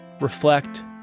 reflect